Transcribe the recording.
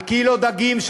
קילו דגים,